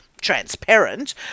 transparent